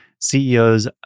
CEOs